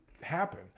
happen